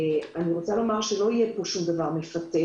אני רוצה לומר שלא יהיה פה שום דבר מפתה,